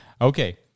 Okay